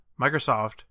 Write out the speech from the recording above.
Microsoft